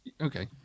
Okay